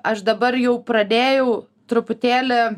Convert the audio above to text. aš dabar jau pradėjau truputėlį